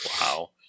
Wow